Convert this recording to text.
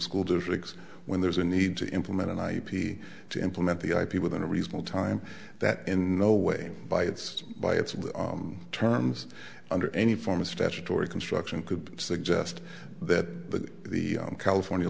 school districts when there's a need to implement an ip to implement the ip within a reasonable time that in no way by its by its terms under any form of statutory construction could suggest that the california